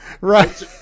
right